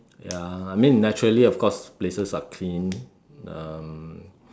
ya I mean naturally of course places are clean um